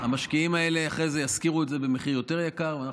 המשקיעים האלה אחרי זה ישכירו את זה במחיר יותר גבוה,